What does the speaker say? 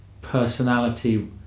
personality